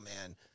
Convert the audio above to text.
man